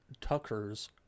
Tucker's